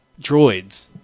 droids